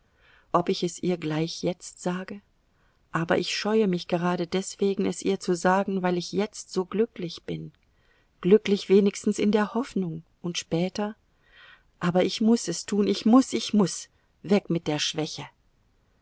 ob ich es ihr gleich jetzt sage aber ich scheue mich gerade deswegen es ihr zu sagen weil ich jetzt so glücklich bin glücklich wenigstens in der hoffnung und später aber ich muß es tun ich muß ich muß weg mit der schwäche